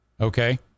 Okay